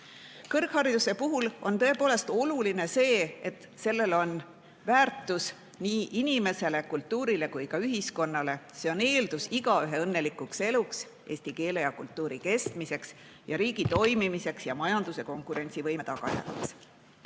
Kõrghariduse puhul on tõepoolest oluline see, et sellel on väärtus nii inimesele, kultuurile kui ka ühiskonnale. See on eeldus igaühe õnnelikuks eluks, eesti keele ja kultuuri kestmiseks, riigi toimimiseks ja majanduse konkurentsivõime tagamiseks.